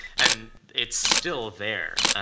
and it's still there.